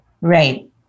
Right